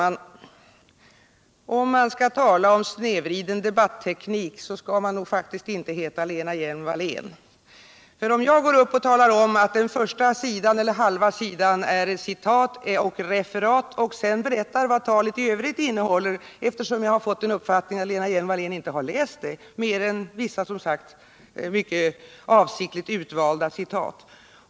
Herr talman! Vill man tala om snedvriden debatteknik så skall man nog inte heta Lena Hjelm-Wallén. Jag har talat om att den första halva sidan var ett citat och ett referat, och berättat vad talet i övrigt innehöll — eftersom jag har fått den uppfattningen att Lena Hjelm-Wallén inte har läst det, mer än vissa mycket avsiktligt utvalda citat.